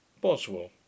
Boswell